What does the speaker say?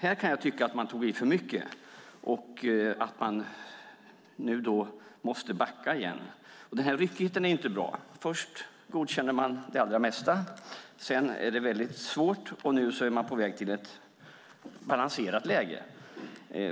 Här kan jag tycka att man tog i för mycket och att man nu måste backa igen. Den här ryckigheten är inte bra. Först godkänner man det allra mesta. Sedan är det väldigt svårt, och nu är man på väg till ett balanserat läge.